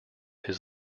his